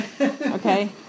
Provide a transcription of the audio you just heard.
okay